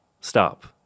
stop